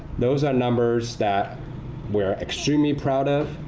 those are numbers that we're extremely proud of,